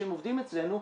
שהם עובדים אצלנו,